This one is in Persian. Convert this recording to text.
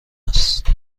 است